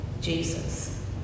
Jesus